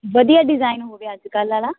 ਵਧੀਆ ਡਿਜ਼ਾਈਨ ਹੋਵੇ ਅੱਜ ਕੱਲ੍ਹ ਆਲ਼ਾ